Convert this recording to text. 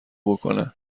بکنه